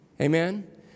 Amen